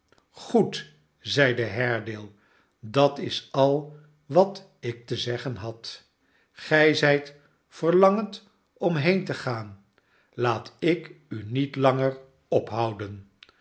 goed zeide haredale dat is al wat ik te zeggenhad gij zijt verlangend om heen te gaan laat ik u niet langer ophouden